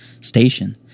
station